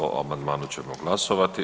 O amandmanu ćemo glasovati.